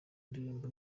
indirimbo